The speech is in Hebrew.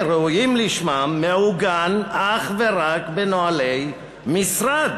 ראויים לשמם מעוגנים אך ורק בנוהלי משרד?